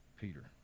Peter